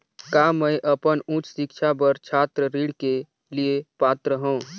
का मैं अपन उच्च शिक्षा बर छात्र ऋण के लिए पात्र हंव?